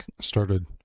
started